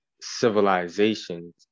civilizations